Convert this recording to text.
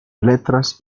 letras